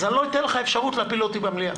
אז אני לא אתן לך אפשרות להפיל אותי במליאה.